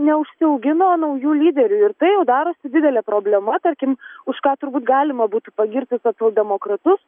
neužsiaugino naujų lyderių ir tai jau darosi didelė problema tarkim už ką turbūt galima būtų pagirti socialdemokratus